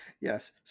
Yes